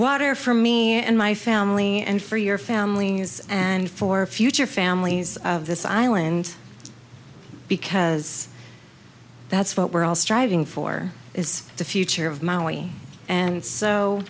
water for me and my family and for your family and for future families of this island because that's what we're all striving for is the future of maui and so